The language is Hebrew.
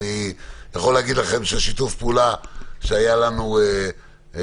אני יכול להגיד לכם ששיתוף הפעולה שהיה לנו בקדנציה